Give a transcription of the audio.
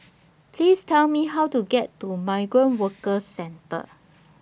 Please Tell Me How to get to Migrant Workers Centre